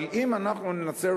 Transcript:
אבל אם אנחנו נסתכל,